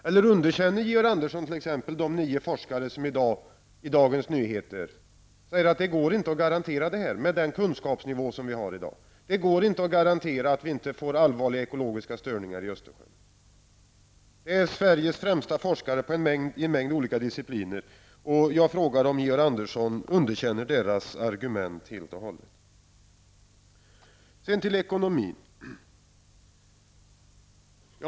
Eller underkänner Georg Andersson t.ex. de nio forskare som i dag i Dagens Nyheter säger att det inte går att garantera detta med den kunskapsnivå vi har i dag? Det går inte att garantera att vi inte får allvarliga ekologiska störningar i Östersjön. Det kommer från svenska forskare i en mängd olika discipliner. Jag frågar om Georg Andersson underkänner deras argument helt och hållet. Så om ekonomin.